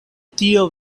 tio